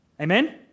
Amen